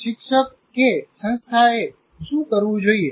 શિક્ષક કે સંસ્થાએ શું કરવું જોઈએ